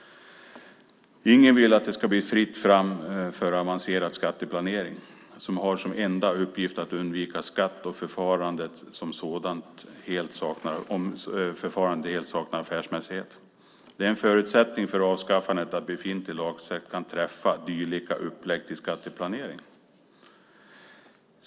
Ingen vill att det ska bli fritt fram för avancerad skatteplanering, som har som enda uppgift att undvika skatt och där förfarandet helt saknar affärsmässighet. Det är en förutsättning för avskaffandet att befintlig lagtext kan träffa dylika upplägg till skatteplanering.